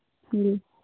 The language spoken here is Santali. ᱦᱮᱸ